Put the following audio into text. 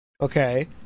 Okay